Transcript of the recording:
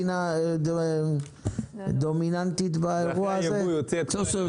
עליית המחירים הוא חשש לא מבוטל וצריך